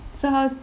so how's